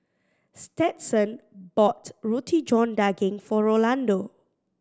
Stetson bought Roti John Daging for Rolando